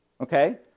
Okay